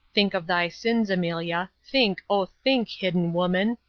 think of thy sins, amelia think, oh, think, hidden woman.